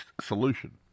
solution